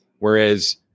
Whereas